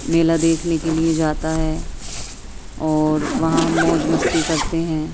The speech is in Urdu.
میلا دیکھنے کے لیے جاتا ہے اور وہاں ہم موج مستی کرتے ہیں